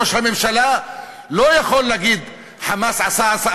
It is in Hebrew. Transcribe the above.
ראש הממשלה לא יכול להגיד: "חמאס" עשה,